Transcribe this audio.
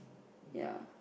ya